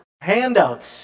handouts